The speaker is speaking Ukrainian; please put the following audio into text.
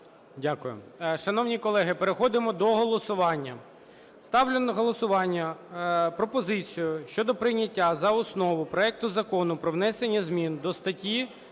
Дякую. Шановні колеги, переходимо до голосування. Ставлю на голосування пропозицію щодо прийняття за основу проект Закону про внесення змін до статті